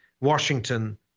Washington